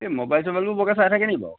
এই মোবাইল চোবাইলবোৰ বৰকৈ চাই থাকেনি বাৰু